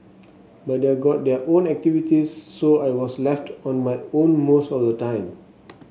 but they're got their own activities so I was left on my own most of the time